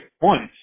points